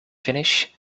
finish